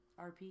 RP